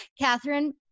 Catherine